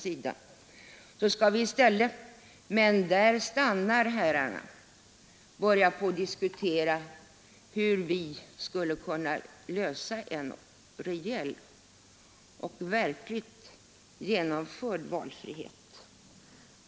Vi bör i stället — men där stannar herrarna — börja diskutera hur vi skulle kunna åstadkomma en rejäl och verkligt genomförd valfrihet.